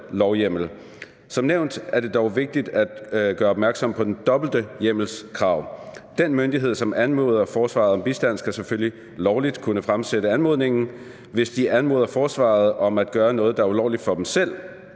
»Som nævnt er det dog vigtigt at være opmærksom på det dobbelte hjemmelskrav: Den myndighed, som anmoder om bistand, skal selvfølgelig lovligt kunne fremsætte anmodningen. Hvis de anmoder Forsvaret om at gøre noget, der er ulovligt for dem selv,